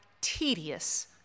tedious